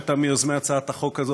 שאתה מיוזמי הצעת החוק הזה,